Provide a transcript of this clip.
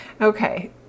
Okay